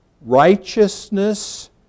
Righteousness